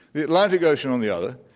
the atlantic ocean on the other,